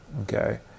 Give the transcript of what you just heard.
Okay